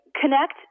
connect